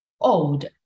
old